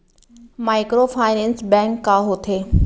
Microfinance bank का होथे?